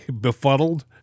befuddled